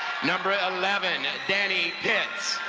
number eleven, dani pitts.